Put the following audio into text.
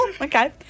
Okay